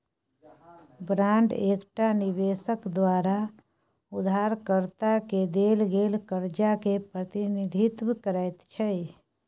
bond एकटा निबेशक द्वारा उधारकर्ता केँ देल गेल करजा केँ प्रतिनिधित्व करैत छै